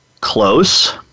Close